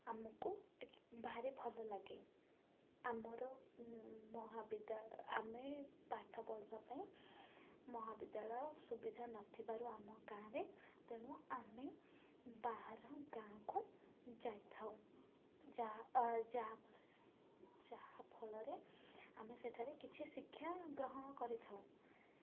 ଆମକୁ ଟିକେ ଭାରି ଭଲଲାଗେ ଆମର ମହାବିଦ୍ୟାଳୟ ଆମେ ପାଠ ପଢ଼ିବା ପାଇଁ ମହାବିଦ୍ୟାଳୟ ସୁବିଧା ନଥିବାରୁ ଆମ ଗାଁରେ ତେଣୁ ଆମେ ବାହାର ଗାଁକୁ ଯାଇଥାଉ ଯାହା ଯାହାଫ ଯାହାଫଳରେ ଆମେ ସେଠାରେ କିଛି ଶିକ୍ଷା ଗ୍ରହଣ କରିଥାଉଁ